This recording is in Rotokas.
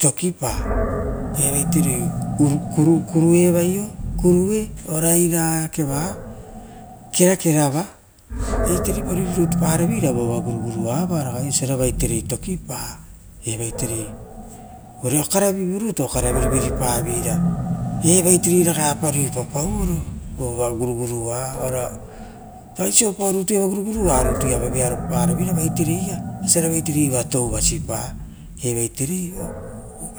Tokipa evaiterei kuruevaio ora eira kerakerava aiterei a ruipa rutu para veira vova guronigoa oisora vaitere tokipa evaitere evaite ovare okarero vuruto okareaia. Evaiterei ragai ruipapaoro vova gorugorua sovaua rutuva vearopara veira vaiteireia osava vaiterei toa vasipa evaiterei